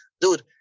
Dude